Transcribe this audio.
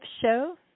show